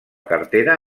cartera